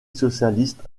socialiste